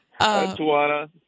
Tawana